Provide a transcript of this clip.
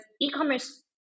e-commerce